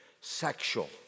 sexual